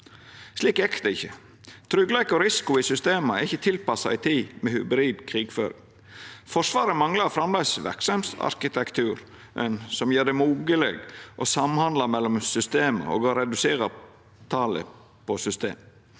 Slik gjekk det ikkje. Tryggleik og risiko i systema er ikkje tilpassa ei tid med hybrid krigføring. Forsvaret manglar framleis verksemdsarkitektur som gjer det mogleg å samhandla mellom system og redusera talet på system.